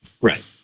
Right